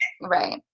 Right